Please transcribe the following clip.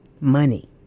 money